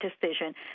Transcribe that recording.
decision